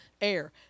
air